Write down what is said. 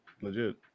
Legit